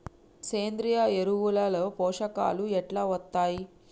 సేంద్రీయ ఎరువుల లో పోషకాలు ఎట్లా వత్తయ్?